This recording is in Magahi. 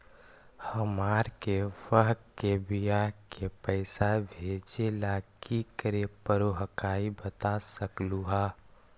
हमार के बह्र के बियाह के पैसा भेजे ला की करे परो हकाई बता सकलुहा?